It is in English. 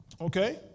Okay